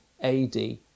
AD